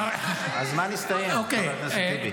הזמן הסתיים, חבר הכנסת טיבי.